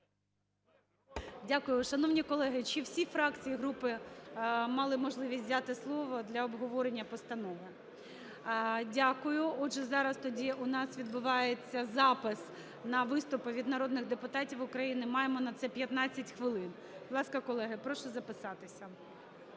Дякую. Шановні колеги, чи всі фракції, групи мали можливість взяти слово для обговорення постанови? Дякую. Отже, зараз тоді у нас відбувається запис на виступи від народних депутатів України. Маємо на це 15 хвилин. Будь ласка, колеги, прошу записатися.